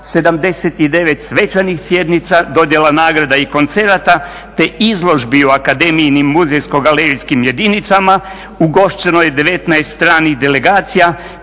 79 svečanih sjednica, dodjela nagrada i koncerata te izložbi u akademijinim muzejsko-galerijskim jedinicama, ugošćeno je 19 stranih delegacija